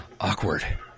awkward